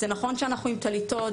זה נכון שאנחנו עם טליתות,